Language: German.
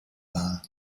wahr